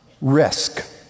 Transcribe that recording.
risk